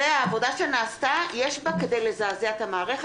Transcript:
העבודה שנעשתה יש בה כדי לזעזע את המערכת